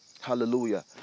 hallelujah